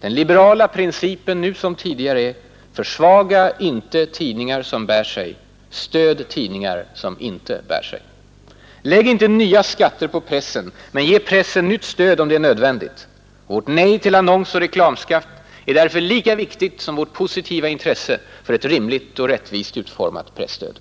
Den liberala principen nu som tidigare är: försvaga inte tidningar som bär sig, stöd tidningar som inte bär sig. Lägg inte nya skatter på pressen men ge pressen nytt stöd om det är nödvändigt! Vårt nej till annonsoch reklamskatt är därför lika viktigt som vårt positiva intresse för ett rimligt och rättvist utformat presstöd.